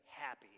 happy